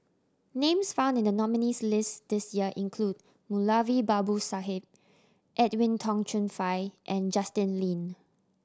names found in the nominees' list this year include Moulavi Babu Sahib Edwin Tong Chun Fai and Justin Lean